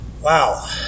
Wow